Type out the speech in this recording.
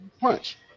punch